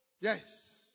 Yes